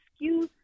excuse